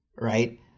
right